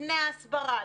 לפני ההסברה,